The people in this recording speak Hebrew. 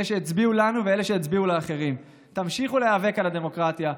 לאלה שהצביעו לנו ואלה שהצביעו לאחרים: תמשיכו להיאבק על הדמוקרטיה,